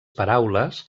paraules